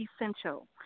essential